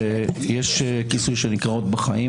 יש כיסוי שנקרא "עוד בחיים",